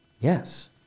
Yes